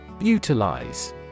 utilize